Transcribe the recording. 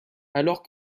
alors